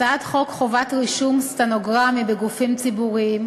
הצעת חוק חובת רישום סטנוגרמי בגופים ציבוריים,